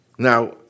Now